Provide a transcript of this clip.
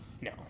No